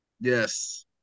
Yes